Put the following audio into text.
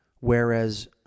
Whereas